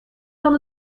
van